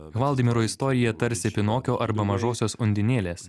hvaldimiro istorija tarsi pinokio arba mažosios undinėlės